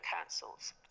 councils